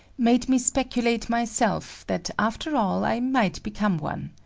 made me speculate myself that after all i might become one.